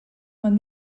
man